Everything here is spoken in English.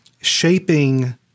shaping